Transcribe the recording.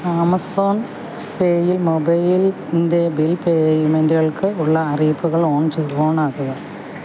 Amazon പേയിൽ മൊബൈൽൻ്റെ bill പേയ്മെൻ്റുകൾക്ക് ഉള്ള അറിയിപ്പുകൾ ഓൺ ഓൺ ആക്കുക